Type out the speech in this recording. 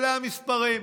אלה המספרים.